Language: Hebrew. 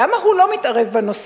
למה הוא לא מתערב בנושא?